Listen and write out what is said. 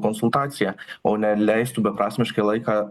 konsultaciją o ne leistų beprasmiškai laiką